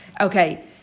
Okay